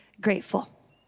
grateful